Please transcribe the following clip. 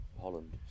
Holland